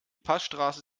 passstraße